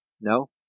No